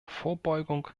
vorbeugung